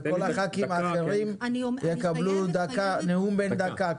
וכל חברי הכנסת האחרים יקבלו נאום בן דקה,